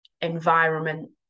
environment